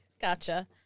Gotcha